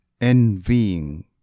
Envying